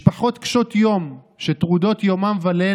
משפחות קשות יום שטרודות יומם וליל